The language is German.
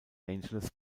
angeles